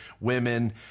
women